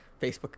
Facebook